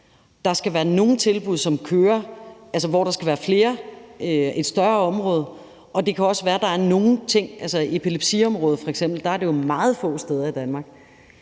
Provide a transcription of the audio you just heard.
der skal være nogle tilbud, som skal være i et større område. Det kan også være, at der er nogle ting, hvor der er få. F.eks. på epilepsiområdet er det jo meget få steder i Danmark.